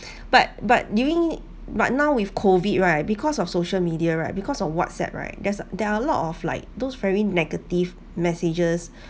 but but during but now with COVID right because of social media right because of whatsapp right there's there are a lot of like those very negative messages